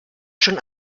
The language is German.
schon